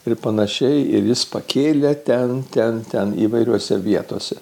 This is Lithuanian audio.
ir panašiai ir jis pakėlė ten ten ten įvairiose vietose